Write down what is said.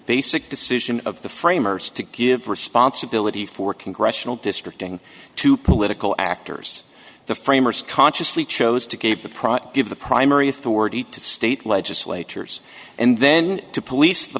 basic decision of the framers to give responsibility for congressional district ing to political actors the framers consciously chose to keep the process give the primary authority to state legislatures and then to police the